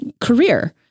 career